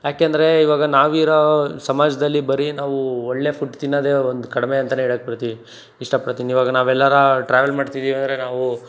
ಯಾಕೆಂದರೆ ಇವಾಗ ನಾವಿರೋ ಸಮಾಜದಲ್ಲಿ ಬರೀ ನಾವು ಒಳ್ಳೆ ಫುಡ್ ತಿನ್ನೋದೇ ಒಂದು ಕಡಿಮೆ ಅಂತ ಹೇಳಕ್ ಪಡ್ತೀನಿ ಇಷ್ಟಪಡ್ತೀನಿ ಇವಾಗ ನಾವೆಲ್ಲಾರು ಟ್ರ್ಯಾವೆಲ್ ಮಾಡ್ತಿದೀವಿ ಅಂದರೆ ನಾವು